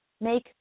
Make